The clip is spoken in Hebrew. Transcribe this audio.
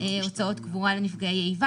הוצאות קבורה לנפגעי איבה.